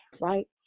right